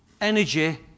energy